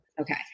Okay